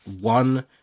one